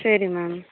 சரி மேம்